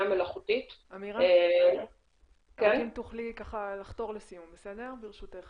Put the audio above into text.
מלאכותית --- רק אם תוכלי לחתור לסיום ברשותך.